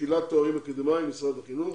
שקילת תארים אקדמאיים משרד החינוך.